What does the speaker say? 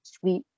sweet